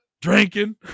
drinking